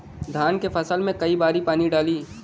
धान के फसल मे कई बारी पानी डाली?